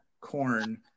corn